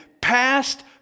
past